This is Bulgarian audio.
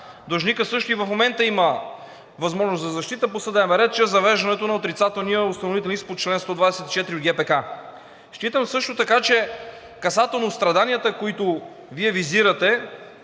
Длъжникът също и в момента има възможност за защита по съдебен ред чрез завеждането на отрицателния установителен лист по чл. 124 от ГПК. Считам също така, че касателно страданията, които Вие визирате,